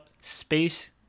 space